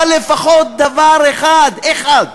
אבל לפחות דבר אחד, אחד,